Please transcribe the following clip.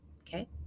okay